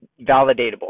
validatable